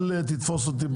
אל תתפוס אותי במילה.